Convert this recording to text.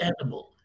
edible